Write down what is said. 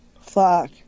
Fuck